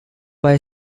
why